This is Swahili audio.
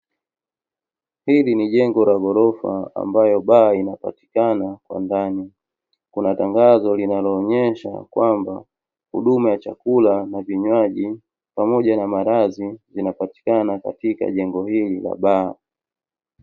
Hili ni jengo la ghorofa ambayo baa inapatikana kwa ndani, kuna tangazo linaloonyesha kwamba huduma ya chakula na vinywaji pamoja na malazi vinapatikana katika jengo hili la Baa.